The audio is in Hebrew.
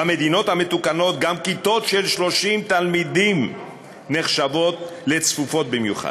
במדינות המתוקנות גם כיתות של 30 תלמידים נחשבות לצפופות במיוחד.